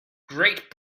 great